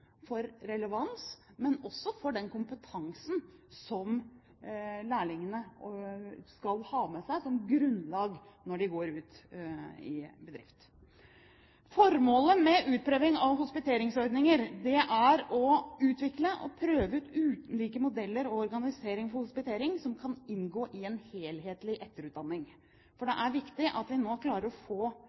men det er også viktig for den kompetansen som lærlingene skal ha med seg som grunnlag når de går ut i bedriftene. Formålet med utprøving av hospiteringsordninger er å utvikle og prøve ut ulike modeller og organiseringer for hospitering som kan inngå i en helhetlig etterutdanning. Det er viktig at vi nå klarer å få